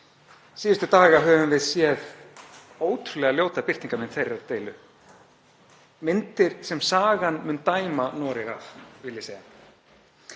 Síðustu daga höfum við séð ótrúlega ljóta birtingarmynd þeirrar deilu. Myndir sem sagan mun dæma Noregi af, vil ég segja.